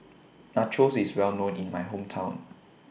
Nachos IS Well known in My Hometown